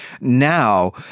now